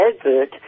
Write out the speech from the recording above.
advert